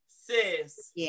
sis